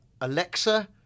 Alexa